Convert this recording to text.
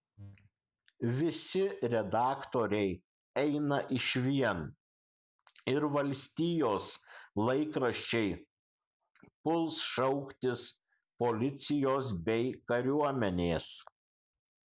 visi redaktoriai eina išvien ir valstijos laikraščiai puls šauktis policijos bei kariuomenės